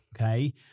okay